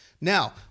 Now